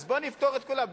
אז בוא נפטור את כולם,